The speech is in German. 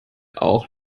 auch